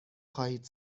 خواهید